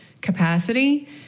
capacity